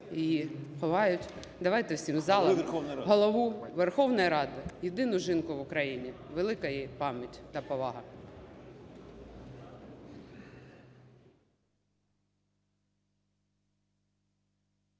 її ховають, давайте всім залом, Голову Верховної Ради, єдину жінку в Україні. Велика їй пам'ять та повага.